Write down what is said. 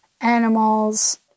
animals